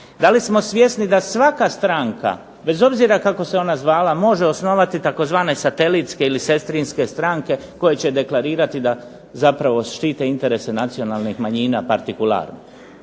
da li smo svjesni da svaka stranka bez obzira kako se ona zvala može osnovati tzv. satelitske ili sestrinske stranke koje će deklarirati da zapravo štite interese nacionalnih manjina particularum.